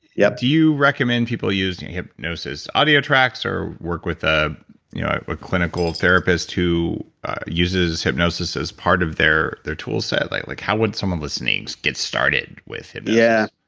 yeah do you recommend people using hypnosis audio tracks or work with a clinical therapist who uses hypnosis as part of their their tool set. like like how would someone listening get started with yeah